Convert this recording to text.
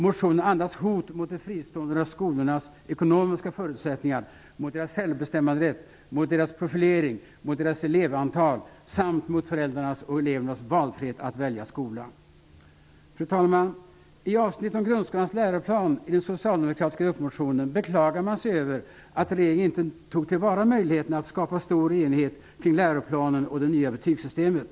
Motionen andas hot mot de fristående skolornas ekonomiska förutsättningar, mot deras självbestämmanderätt, mot deras profilering och mot deras elevantal samt mot föräldrarnas och elevernas valfrihet att välja skola. Fru talman! I avsnittet om grundskolans läroplan i den socialdemokratiska gruppmotionen beklagar man sig över att regeringen inte tog till vara möjligheterna att skapa stor enighet kring läroplanen och det nya betygssystemet.